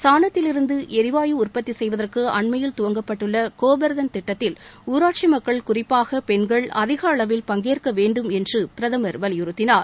சாணத்திலிருந்து எரிவாயு உற்பத்தி செய்வதற்கு அண்மையில் துவங்கப்பட்டுள்ள கோபார்தன் திட்டத்தில் ஊராட்சி மக்கள் குறிப்பாக பெண்கள் அதிகளவில் பங்கேற்க வேண்டும் என்று பிரதமர் வலியுறுத்தினார்